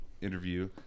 interview